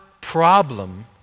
problem